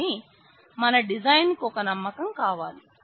కాని మన డిజైన్ కు ఒక నమ్మకం కావాలి